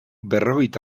berrogeita